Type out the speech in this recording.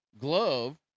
glove